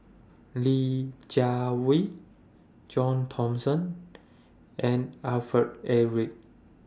Li Jiawei John Thomson and Alfred Eric